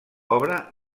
obra